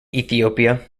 ethiopia